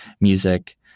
music